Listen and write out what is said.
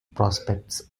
prospects